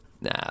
nah